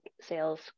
sales